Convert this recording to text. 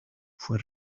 fue